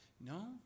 No